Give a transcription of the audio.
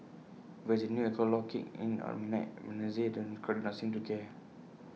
even as the new alcohol law kicked in at midnight on Wednesday the crowd not seem to care